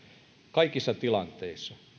kaikissa tilanteissa